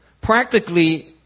practically